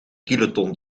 kiloton